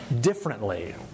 differently